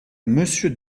monsieur